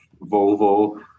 Volvo